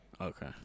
Okay